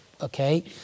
okay